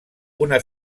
una